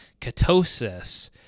ketosis